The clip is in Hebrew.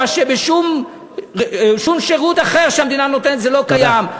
מה שבשום שירות אחר שהמדינה נותנת לא קיים,